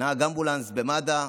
נהג אמבולנס במד"א,